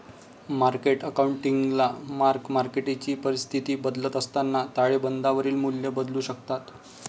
market अकाउंटिंगला mark मार्केटची परिस्थिती बदलत असताना ताळेबंदावरील मूल्ये बदलू शकतात